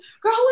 girl